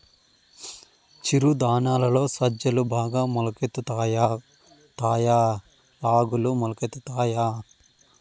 చిరు ధాన్యాలలో సజ్జలు బాగా మొలకెత్తుతాయా తాయా రాగులు మొలకెత్తుతాయా